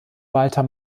walther